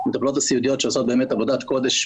שעושות באמת עבודת קודש,